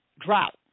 drought